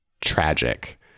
tragic